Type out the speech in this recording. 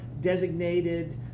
designated